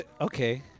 Okay